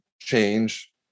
change